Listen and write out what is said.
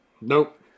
Nope